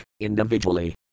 individually